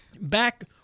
Back